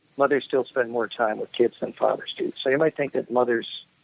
mothers still spend more time with kids than fathers do, so you might think that mothers